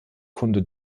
kunde